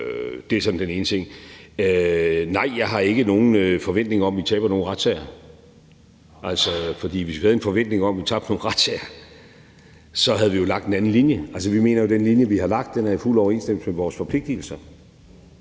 Nej, jeg har ikke nogen forventning om, at vi taber nogen retssager. For hvis vi havde en forventning om, at vi tabte nogle retssager, så havde vi jo lagt en anden linje. Altså, vi mener jo, at den linje, vi har lagt, er i fuld overensstemmelse med vores forpligtigelser.